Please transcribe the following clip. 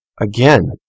again